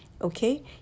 okay